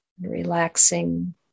relaxing